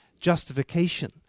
justification